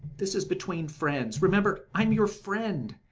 this is between friends remember i am your friend.